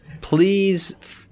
Please